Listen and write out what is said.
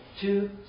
two